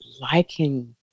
liking